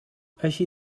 així